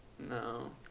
No